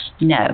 No